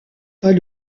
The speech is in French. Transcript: pas